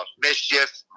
mischief